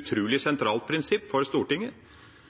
utrolig sentralt prinsipp for Stortinget,